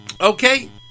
Okay